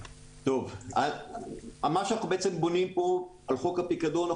מה שאנחנו בעצם בונים פה על חוק הפיקדון,